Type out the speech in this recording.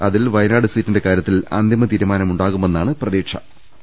അതിൽ വയനാട് സീറ്റിന്റെ കാര്യത്തിൽ അന്തിമ തീരുമാനമുണ്ടാകുമെന്ന് പ്രതീക്ഷിക്കുന്നു